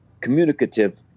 communicative